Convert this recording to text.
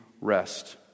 rest